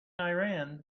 iran